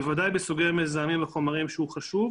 בוודאי בסוגי מזהמים וחומרים שהוא חשוב,